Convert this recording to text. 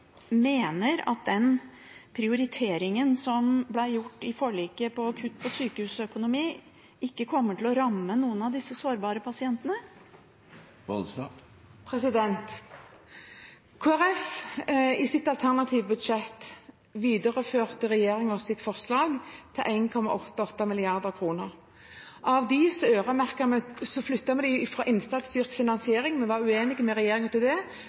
mener at den prioriteringen som ble gjort i forliket, med kutt på sykehusøkonomi, ikke kommer til å ramme noen av disse sårbare pasientene. Kristelig Folkeparti videreførte regjeringens forslag på 1,888 mrd. kr. Av dem flyttet vi noe fra innsatsstyrt finansering – vi var uenig med regjeringen i det – over på rammene, og vi øremerket 250 mill. kr nettopp til